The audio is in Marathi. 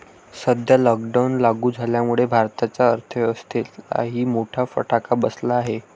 सध्या लॉकडाऊन लागू झाल्यामुळे भारताच्या अर्थव्यवस्थेलाही मोठा फटका बसला आहे